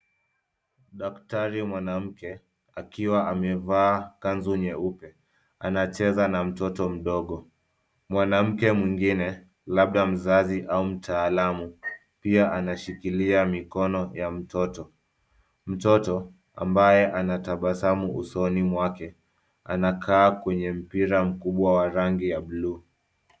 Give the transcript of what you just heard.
Daktari mwanamke akiwa amevaa kanzu nyeupe. Anacheza na mtoto mdogo. Mwanamke mwengine, labda mzazi au mtaalamu, pia anashikilia mikono ya mtoto. Mtoto, ambaye anatabasamu usoni mwake anakaa kwenye mpira mkubwa wa rangi ya buluu.